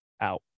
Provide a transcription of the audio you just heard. out